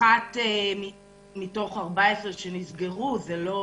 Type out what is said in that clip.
אחת מתוך 14 שנסגרו, זה לא